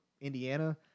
Indiana –